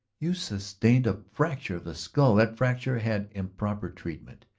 you sustained a fracture of the skull. that fracture had improper treatment.